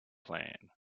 plan